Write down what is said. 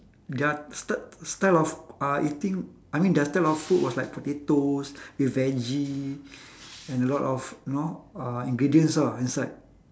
their sty~ style of uh eating I mean their style of food was like potatoes with veggie and a lot of you know uh ingredients lah inside